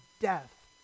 death